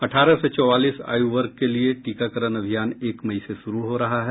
अठारह से चौवालीस आयु वर्ग के लिए टीकाकरण अभियान एक मई से शुरू हो रहा है